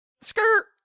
Skirt